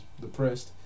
depressed